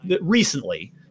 recently